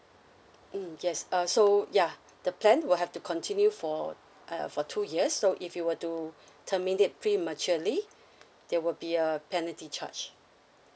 mm yes uh so ya the plan will have to continue for uh for two years so if you were to terminate prematurely there would be a penalty charge